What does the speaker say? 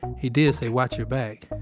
he did say, watch your back.